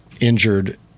injured